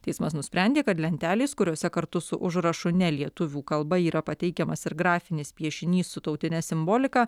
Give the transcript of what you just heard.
teismas nusprendė kad lentelės kuriose kartu su užrašu ne lietuvių kalba yra pateikiamas ir grafinis piešinys su tautine simbolika